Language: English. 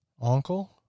Uncle